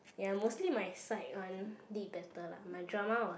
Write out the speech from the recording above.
ya mostly my side one did better lah my drama was